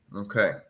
Okay